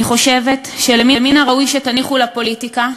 אני חושבת שמן הראוי שתניחו לפוליטיקה,